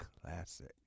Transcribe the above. classic